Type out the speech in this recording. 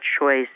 choice